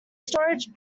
storage